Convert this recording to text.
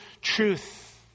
truth